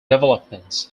developments